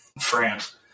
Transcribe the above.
France